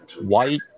White